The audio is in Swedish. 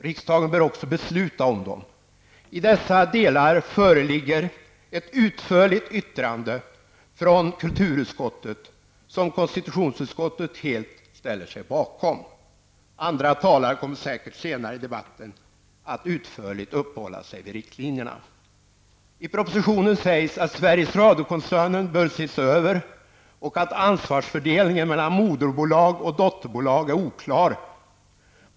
Riksdagen bör också besluta om dem. I dessa delar föreligger ett utförligt uttalande från kulturutskottet som konstitutionsutskottet helt ställer sig bakom. Andra talare kommer säkert senare i debatten att utförligt uppehålla sig vid riktlinjerna. I propositionen sägs att Sveriges Radiokoncernen bör ses över och att ansvarsfördelningen mellan moderbolag och dotterbolag är oklar.